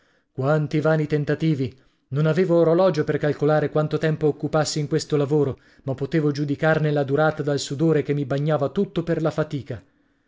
quanti vani tentativi non avevo orologio per calcolare quanto tempo occupassi in questo lavoro ma potevo giudicarne la durata dal sudore che mi bagnava tutto per la fatica